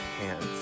hands